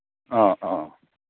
ꯑ ꯑ